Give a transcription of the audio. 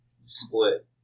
split